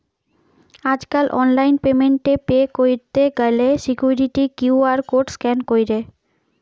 আজকাল online payment এ pay কইরতে গ্যালে সিকুইরিটি কিউ.আর কোড স্ক্যান কইরে